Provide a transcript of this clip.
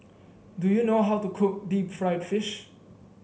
do you know how to cook Deep Fried Fish